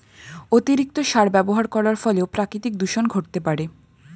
অতিরিক্ত সার ব্যবহার করার ফলেও প্রাকৃতিক দূষন ঘটতে পারে